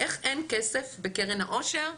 איך אין כסף בקרן העושר?